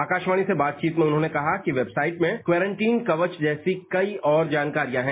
आकाशवाणी से बातचीत में उन्होंने कहा कि वेबसाइट में क्वारंटीन कवच जैसी कई और जानकारियां हैं